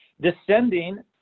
descending